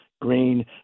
green